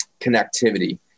connectivity